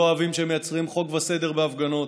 אוהבים שהם מייצרים חוק וסדר בהפגנות,